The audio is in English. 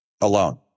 alone